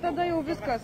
tada jau viskas